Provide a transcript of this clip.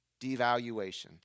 devaluation